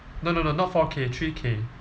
no no no not four K three K